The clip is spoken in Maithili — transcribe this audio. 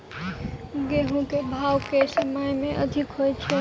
गेंहूँ केँ भाउ केँ समय मे अधिक होइ छै?